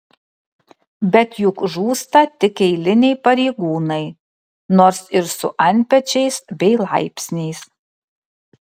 bet juk žūsta tik eiliniai pareigūnai nors ir su antpečiais bei laipsniais